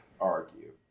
argue